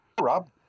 Rob